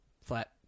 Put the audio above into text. flat